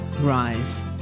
rise